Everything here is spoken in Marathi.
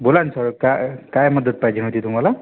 बोला ना सर काय काय मदत पाहिजे होती तुम्हाला